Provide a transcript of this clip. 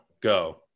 Go